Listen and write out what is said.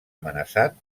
amenaçat